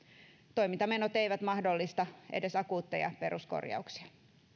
toimintamenot eivät mahdollista edes akuutteja peruskorjauksia